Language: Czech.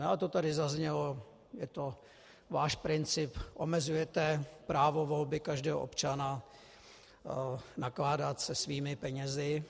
A to tady zaznělo, je to váš princip, omezujete právo volby každého občana nakládat se svými penězi.